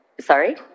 sorry